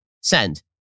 send